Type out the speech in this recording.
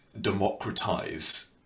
democratize